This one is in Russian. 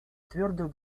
твердую